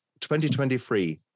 2023